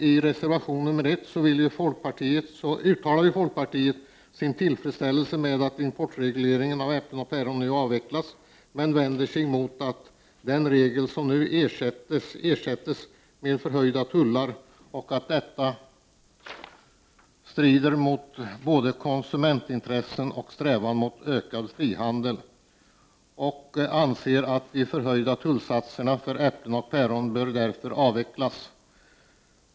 I reservation 1 uttalar folkpartiet sin tillfredsställelse över att importregleringen för äpplen och päron nu avvecklas, men vänder sig mot att regeln ersätts med förhöjda tullar, vilket strider mot både konsumentintressen och strävan mot ökad fri handel, och anser att de förhöjda tullsatserna för äpplen och päron därför bör avvecklas.